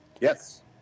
Yes